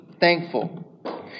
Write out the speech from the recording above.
thankful